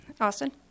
Austin